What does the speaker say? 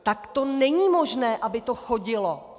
Tak to není možné, aby to chodilo!